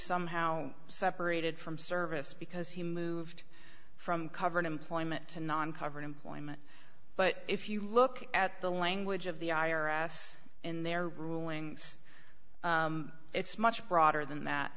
somehow separated from service because he moved from covered employment to non covered employment but if you look at the language of the i r s in their rulings it's much broader than that